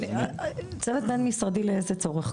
צוות בין משרדי לאיזה צורך?